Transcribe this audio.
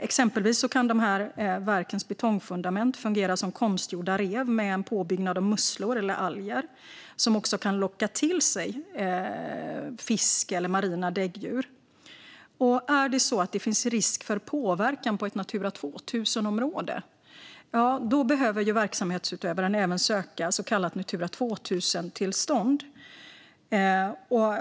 Exempelvis kan dessa verks betongfundament fungera som konstgjorda rev med en påbyggnad av musslor eller alger som också kan locka till sig fisk eller marina däggdjur. Om det finns risk för påverkan på ett Natura 2000-område behöver verksamhetsutövaren även söka ett så kallat Natura 2000-tillstånd.